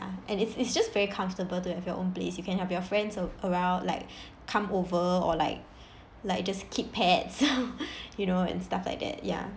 and it's it's just very comfortable to have your own place you can have your friends uh around like come over or like like just keep pets you know and stuff like that ya